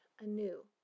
anew